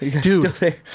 Dude